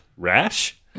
Rash